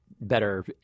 better